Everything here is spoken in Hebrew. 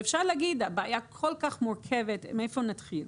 אפשר להגיד שהבעיה כל כך מורכבת אז מאיפה נתחיל?